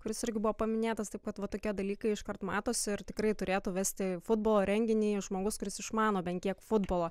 kuris irgi buvo paminėtas taip pat va tokie dalykai iškart matosi ir tikrai turėtų vesti futbolo renginį žmogus kuris išmano bent kiek futbolą